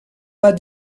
pas